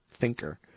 thinker